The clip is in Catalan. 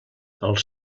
els